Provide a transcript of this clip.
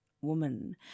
woman –